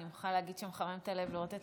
אני מוכרחה להגיד שמחמם את הלב לראות את